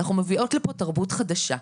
אנחנו מביאות לפה תרבות חדשה.